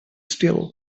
still